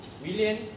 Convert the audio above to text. William